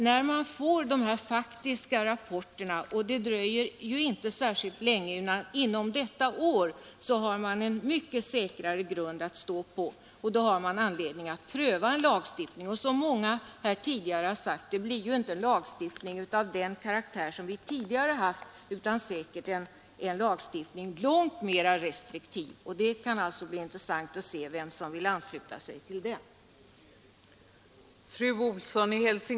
När vi får rapporterna härom, och de kan vara klara inom detta år, har vi en mycket säkrare grund att stå på, och då har vi också anledning att pröva en lagstiftning. Som flera talare redan framhållit blir det inte en lagstiftning av samma karaktär som vi haft tidigare, utan den blir säkert långt mera restriktiv, och det skall då bli mycket intressant att se vem som vill ansluta sig till den.